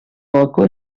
balcó